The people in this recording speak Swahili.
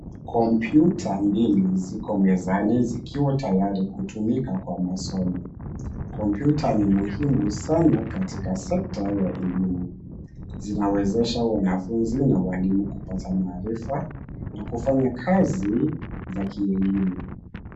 Kompyuta mbili ziko mezani zikiwa tayari kutumika kwa masomo. Kompyuta ni muhimu sana katika sekta ya elimu. Zinawezesha wanafunzi na walimu kupata maarifa na kufanya kazi za kielimu.